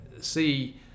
see